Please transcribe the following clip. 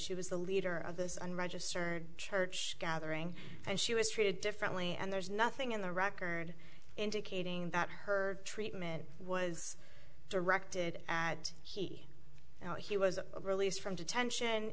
she was the leader of this unregistered church gathering and she was treated differently and there's nothing in the record indicating that her treatment was directed at he you know he was released from detention